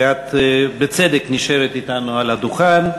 ואת בצדק נשארת אתנו על הדוכן,